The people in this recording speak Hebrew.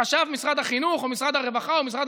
מה חשב משרד החינוך או משרד הרווחה או משרד